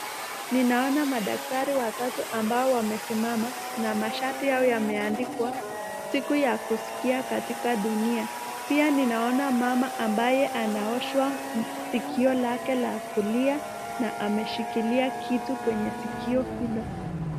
Ninaona madaktari watatu ambao wamesimama, na mashati yao yameandikwa siku ya kuskia katika dunia, pia ninaona mama ambaye anaoshwa sikio lake la kulia na ameshikilia kitu kwenye sikio hilo.